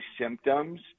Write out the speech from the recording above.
symptoms